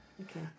Okay